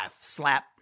slap